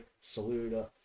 Saluda